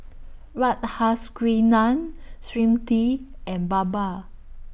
Radhakrishnan Smriti and Baba